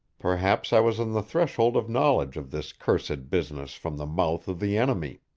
perhaps i was on the threshold of knowledge of this cursed business from the mouth of the enemy.